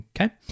Okay